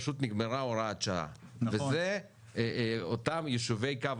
פשוט נגמרה הוראת השעה וזה אותם יישובי קו